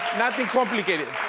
nothing complicated.